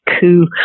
coup